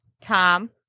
Tom